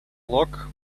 lock